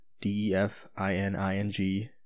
d-e-f-i-n-i-n-g